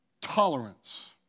tolerance